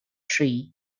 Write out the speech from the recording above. tree